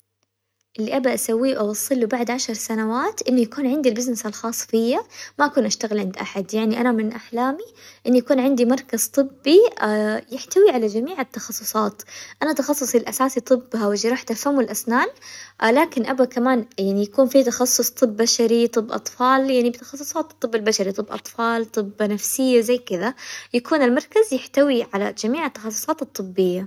اللي أبى أسويه وأوصله بعد عشر سنوات إنه يكون عندي البيزنس الخاص فيا ما أكون أشتغل عند أحد، يعني أنا من أحلامي إنه يكون عندي مركز طبي يحتوي على جميع التخصصات، أنا تخصصي الأساسي طب وجراحة الفم والأسنان لكن أبى كمان يعني يكون في تخصص طب بشري، طب أطفال يعني بتخصصات الطب البشري طب أطفال طب نفسية زي كذا، يكون المركز يحتوي على جميع التخصصات الطبية.